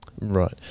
Right